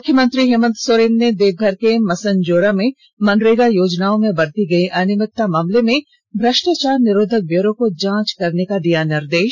मुख्यमंत्री हेमंत सोरेन ने देवघर के मसनजोरा में मनरेगा योजनाओं में बरती गई अनियमितता मामले में भ्रष्टाचार निरोधक ब्यूरो को जांच करने का दिया निर्देश